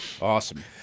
Awesome